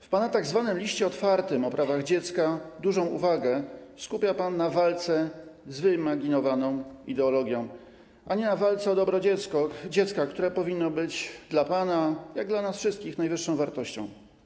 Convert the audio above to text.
W tzw. liście otwartym o prawach dziecka dużą uwagę skupia pan na walce z wyimaginowaną ideologią, a nie na walce o dobro dziecka, które powinno być dla pana, jak dla nas wszystkich, najwyższą wartością.